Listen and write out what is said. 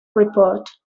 report